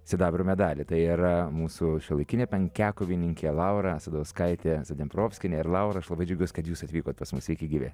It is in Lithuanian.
sidabro medalį tai yra mūsų šiuolaikinė penkiakovininkė laura asadauskaitė zadneprovskienė ir laura aš labai džiaugiuosi kad jūs atvykot pas mus sveiki gyvi